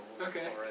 Okay